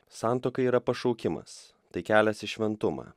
santuoka yra pašaukimas tai kelias į šventumą